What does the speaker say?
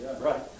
Right